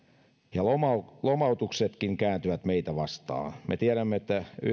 ja lomautuksetkin lomautuksetkin kääntyvät meitä vastaan me tiedämme että